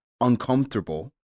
Uncomfortable